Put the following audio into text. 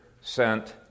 sent